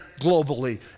globally